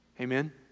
Amen